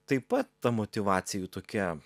taip pat ta motyvacija jų tokia